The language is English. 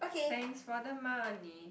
thanks for the money